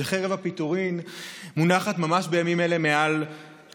שחרב הפיטורים מונחת ממש בימים אלה על צווארם.